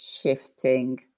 shifting